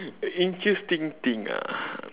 interesting thing ah